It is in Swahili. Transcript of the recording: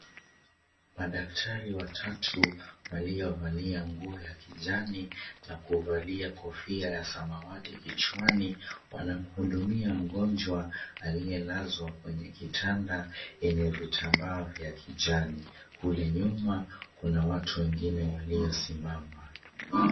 Madaktari watatu waliovalia nguo ya kijani na kuvalia kofia ya samawati kichwani, wanamhudumia mgonjwa aliyelazwa kwenye kitanda yenye vitambaa vya kijani. Kule nyuma kuna watu wengine waliosimama.